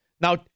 Now